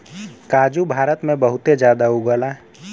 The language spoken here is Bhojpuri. काजू भारत में बहुते जादा उगला